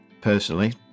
Personally